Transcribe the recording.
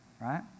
right